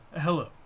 Hello